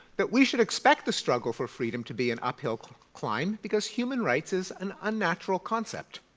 but we should expect the struggle for freedom to be an uphill climb because human rights is an unnatural concept.